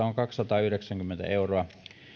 on kaksisataayhdeksänkymmentä euroa